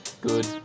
good